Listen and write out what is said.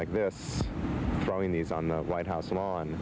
like this probably needs on the white house lawn